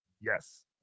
Yes